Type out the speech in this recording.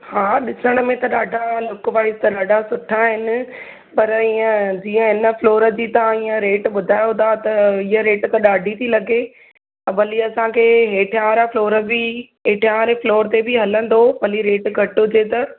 हा ॾिसण में त डाढा लूक वाइस त ॾाढा सुठा आहिनि पर इहा जीअं हिन फ्लॉर जी तव्हां हीअ रेट ॿुधायो था त इहो रेट त डाढी थी लॻे भली असांखे हेठियां वारा फ्लोर बि हेठियां वारे फ्लॉर ते बि हलंदो भली रेट घटि हुजे त